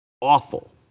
awful